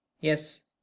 Yes